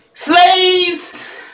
Slaves